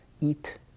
eat